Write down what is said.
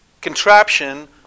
contraption